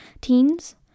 teens